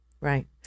Right